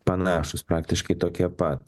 panašūs praktiškai tokie pat